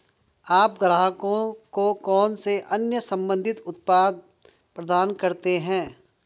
आप ग्राहकों को कौन से अन्य संबंधित उत्पाद प्रदान करते हैं?